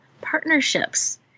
partnerships